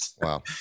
Wow